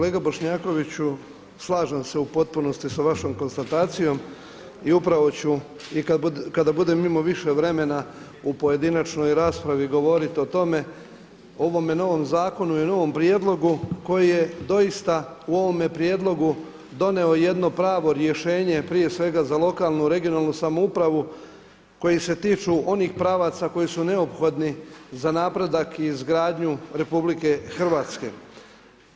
Kolega Bošnjakoviću, slažem se u potpunosti sa vašom konstatacijom i upravo ću i kada budem imao više vremena u pojedinačnoj raspravi govoriti o tome, ovome novom zakonu i novom prijedlogu koji je doista u ovome prijedlogu doneo jedno pravo rješenje prije svega za lokalnu, regionalnu samoupravu koji se tiču onih pravaca koji su neophodni za napredak i izgradnju Republike Hrvatske.